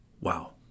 Wow